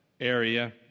area